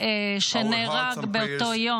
ישראלי מפרגוואי שנהרג באותו יום,